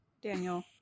Daniel